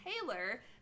Taylor